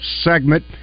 segment